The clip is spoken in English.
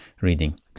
reading